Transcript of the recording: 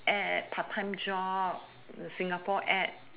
ad part part time job singapore ad